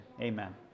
Amen